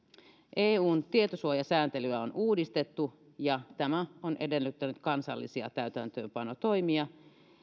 eun tietosuojasääntelyä on uudistettu ja tämä on edellyttänyt kansallisia täytäntöönpanotoimia